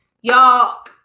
y'all